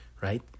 right